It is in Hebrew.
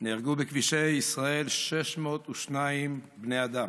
נהרגו בכבישי ישראל 602 בני אדם.